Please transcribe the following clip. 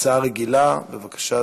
חבר הכנסת מרגי, בבקשה,